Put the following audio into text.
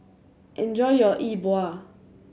enjoy your E Bua